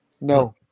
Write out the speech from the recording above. No